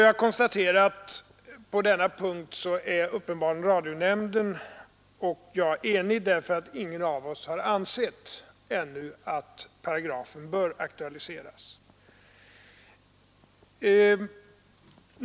Jag konstaterar att radionämnden och jag uppenbarligen är eniga på den punkten, eftersom ingen av oss ännu har ansett att den paragrafen bör aktualiseras.